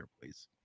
please